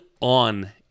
on